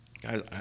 Guys